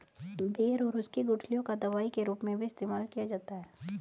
बेर और उसकी गुठलियों का दवाई के रूप में भी इस्तेमाल किया जाता है